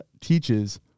teaches